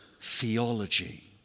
theology